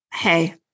Hey